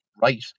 right